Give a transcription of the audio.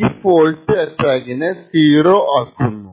ഈ ഫോൾട്ട് അതിനെ 0 ആക്കുന്നു